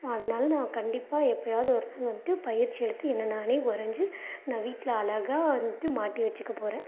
அதனால நான் கண்டிப்பாக எப்போயாவது ஒரு நாள் வந்துட்டு பயிற்சி எடுத்து என்னை நானே வரைஞ்சி நான் வீட்டில் அழகா வந்துட்டு மாட்டி வெச்சுக்கப் போகிறேன்